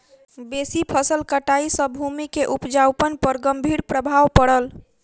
बेसी फसिल कटाई सॅ भूमि के उपजाऊपन पर गंभीर प्रभाव पड़ल